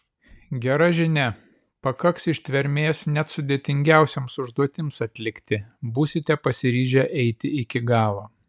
gera žinia pakaks ištvermės net sudėtingiausioms užduotims atlikti būsite pasiryžę eiti iki galo